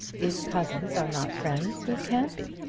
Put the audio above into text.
if cousins are not friends, who can be?